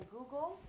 Google